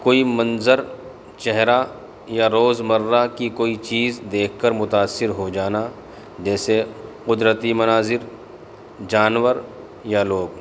کوئی منظر چہرہ یا روزمرہ کی کوئی چیز دیکھ کر متاثر ہو جانا جیسے قدرتی مناظر جانور یا لوگ